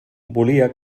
volia